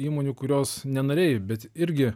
įmonių kurios nenorėjo bet irgi